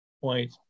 point